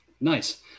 nice